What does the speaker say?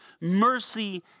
Mercy